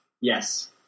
Yes